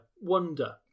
wonder